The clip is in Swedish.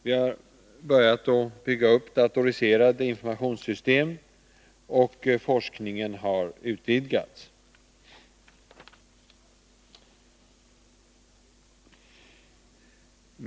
Vi har börjat att bygga upp datoriserade informationssystem, och forskningen har utvidgats.